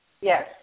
Yes